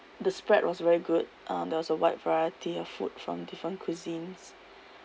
the spread was very good um there was a wide variety of food from different cuisines